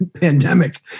pandemic